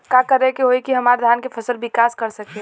का करे होई की हमार धान के फसल विकास कर सके?